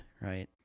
right